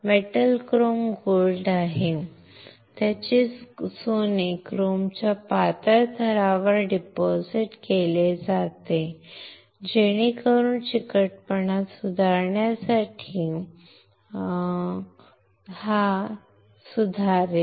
metal chrome gold आहे त्याचे सोने क्रोमच्या पातळ थरावर जमा केले जाते जेणेकरून चिकटपणा सुधारण्यासाठी चिकटपणा सुधारेल